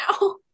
now